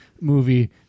movie